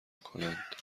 میکنند